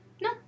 No